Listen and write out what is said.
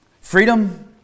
Freedom